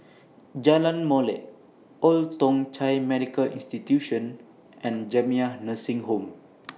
Jalan Molek Old Thong Chai Medical Institution and Jamiyah Nursing Home